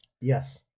Yes